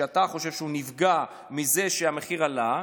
שאתה חושב שהוא נפגע מזה שהמחיר עלה.